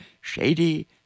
shady